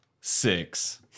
Six